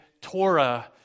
Torah